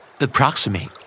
Approximate